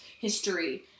history